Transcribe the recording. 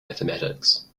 mathematics